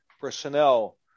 personnel